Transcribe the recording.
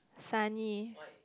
sunny